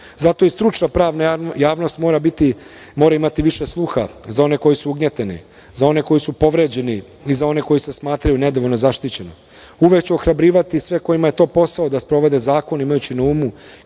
i stručna pravna javnost mora imati više sluha za one koji su ugnjetavani, za one koji su povređeni i za one koji se smatraju nedovoljno zaštićeno. Uvek ću ohrabrivati sve kojima je to posao da sprovode zakon, imajući na umu